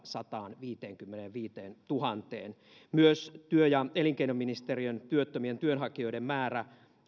sataanviiteenkymmeneenviiteentuhanteen myös työ ja elinkeinoministeriön työttömien työnhakijoiden määrä